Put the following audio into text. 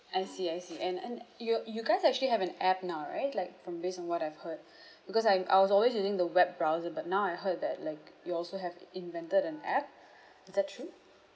I see I see and and you you guys actually have an app now right like from based on what I've heard because I'm I was always using the web browser but now I heard that like you also have invented an app is that true